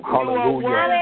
Hallelujah